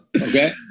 Okay